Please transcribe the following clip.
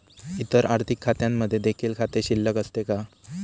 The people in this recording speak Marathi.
इतर आर्थिक खात्यांमध्ये देखील खाते शिल्लक असते का?